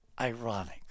ironic